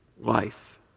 life